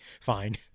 fine